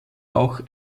auch